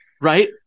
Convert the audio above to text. Right